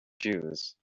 shoes